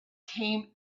came